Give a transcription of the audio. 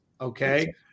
Okay